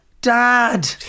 Dad